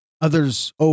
Others